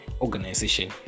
organization